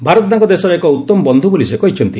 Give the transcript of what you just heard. ଭାରତ ତାଙ୍କ ଦେଶର ଏକ ଉତ୍ତମ ବନ୍ଧୁ ବୋଲି ସେ କହିଛନ୍ତି